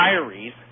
diaries